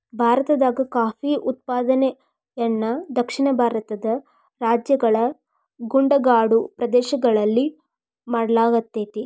ಭಾರತದಾಗ ಕಾಫಿ ಉತ್ಪಾದನೆಯನ್ನ ದಕ್ಷಿಣ ಭಾರತದ ರಾಜ್ಯಗಳ ಗುಡ್ಡಗಾಡು ಪ್ರದೇಶಗಳಲ್ಲಿ ಮಾಡ್ಲಾಗತೇತಿ